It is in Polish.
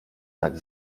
tak